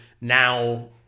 Now